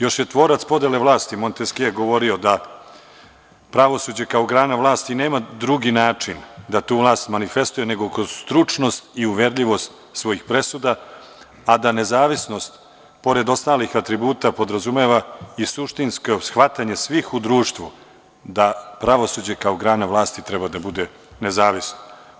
Još je tvorac podele vlasti Monteskje govorio da pravosuđe kao grana vlasti nema drugi način da tu vlast manifestuje, nego kroz stručnost i uverljivost svojih presuda, a da nezavisnost, pored ostalih atributa, podrazumeva i suštinsko shvatanje svih u društvu da pravosuđe kao grana vlasti treba da bude nezavisno.